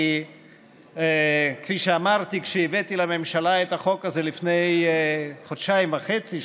כי כפי שאמרתי כשהבאתי לממשלה את החוק הזה לפני חודשיים וחצי,